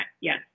yes